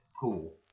cool